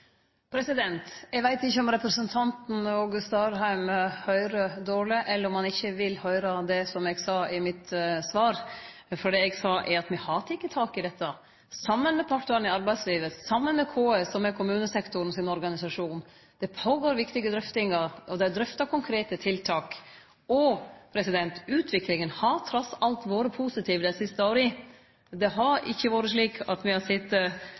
det. Eg veit ikkje om representanten Åge Starheim høyrer dårleg, eller om han ikkje vil høyre det som eg sa i mitt svar. For det eg sa, var at me har teke tak i dette saman med partane i arbeidslivet, saman med KS, som er kommunesektoren sin organisasjon. Det går føre seg viktige drøftingar, og dei drøftar konkrete tiltak, og utviklinga har trass i alt vore positiv dei siste åra. Det har ikkje vore slik at me har sete